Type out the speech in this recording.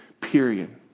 period